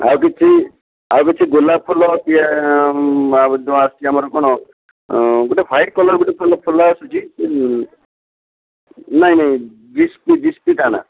ଆଉ କିଛି ଆଉ କିଛି ଗୋଲାପଫୁଲ ଯୋଉଁ ଆସିଛି ଆମର କ'ଣ ଗୋଟେ ହ୍ୱାଇଟ୍ କଲର୍ ଗୋଟେ ଫୁଲ ଆସୁଛି ନାଇଁ ନାଇଁ ଜିପ୍ସି ଜିପ୍ସି ତା ନାଁ